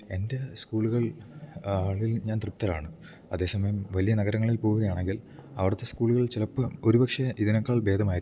എൻറ്റെ സ്കൂള്കൾ ആതിൽ ഞാൻ തൃപ്തരാണ് അതേ സമയം വല്ല്യ നഗരങ്ങളിൽ പോവ്വ്കയാണെങ്കിൽ അവിട്ത്തെ സ്കൂള്കളിൽ ചിലപ്പം ഒരു പക്ഷേ ഇതിനേക്കാൾ ഭേദമാരിക്കാം